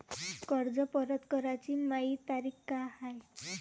कर्ज परत कराची मायी तारीख का हाय?